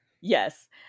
Yes